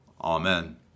Amen